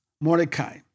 Mordecai